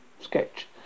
Sketch